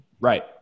Right